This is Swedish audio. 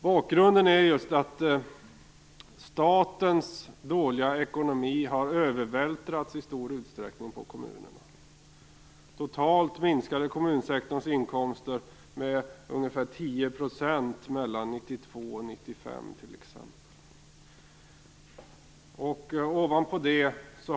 Bakgrunden är att statens dåliga ekonomi i stor utsträckning har övervältrats på kommunerna. Totalt minskade t.ex. kommunsektorns inkomster med ungefär 10 % mellan 1992 och 1995.